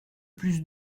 plus